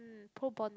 pro bono